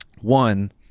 one